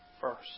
first